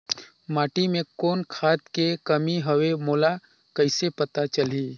माटी मे कौन खाद के कमी हवे मोला कइसे पता चलही?